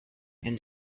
and